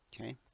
okay